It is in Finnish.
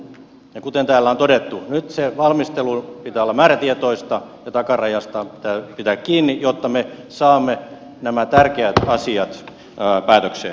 ja kuten täällä on todettu nyt sen valmistelun pitää olla määrätietoista ja takarajasta pitää pitää kiinni jotta me saamme nämä tärkeät asiat päätökseen